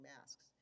masks